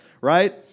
right